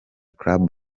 club